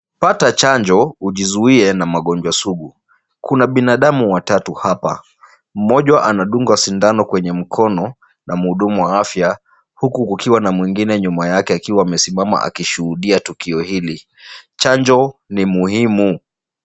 Pata chanjo ujizuie na magonjwa sugu. Kuna binadamu watatu hapa, mmoja anadunga sindano kwenye mkono na mhudumu wa afya huku kukiwa na mwingine nyuma yake akiwa amesimama akishuhudia tukio hili . Chanjo ni muhimi.